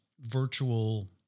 virtual